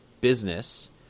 business